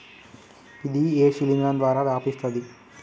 ఇది ఏ శిలింద్రం ద్వారా వ్యాపిస్తది?